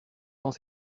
dans